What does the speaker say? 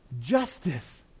justice